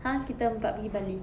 !huh! kita empat pergi bali